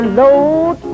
load